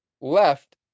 left